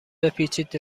بپیچید